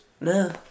No